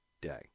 day